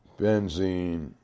benzene